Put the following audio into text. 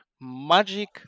magic